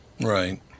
right